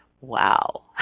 Wow